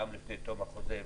גם לפני תום החוזה,